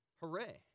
hooray